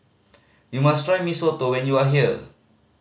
you must try Mee Soto when you are here